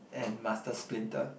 and master splinter